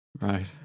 right